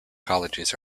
colleges